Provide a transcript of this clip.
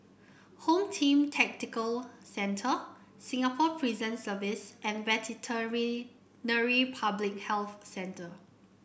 Home Team Tactical Centre Singapore Prison Service and Public Health Centre